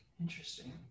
Interesting